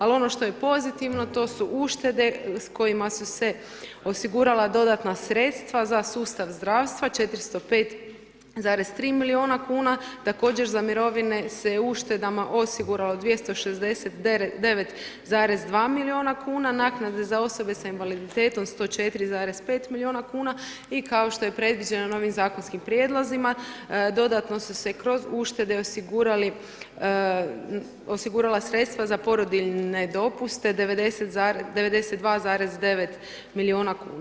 Ali ono što je pozitivno, to su uštede s kojima su se osigurala dodatna sredstva, za sustav zdravstva 405,3 milijuna kuna, također za mirovine se uštedama osiguralo 269,2 milijuna kuna, naknade za osobe sa invaliditetom 104,5 milijuna kuna i kao što je predviđeno novim zakonskim prijedlozima, dodatno su se kroz uštede osigurala sredstva za porodiljne dopuste 92,9 milijuna kuna.